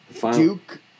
Duke